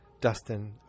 Dustin